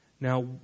Now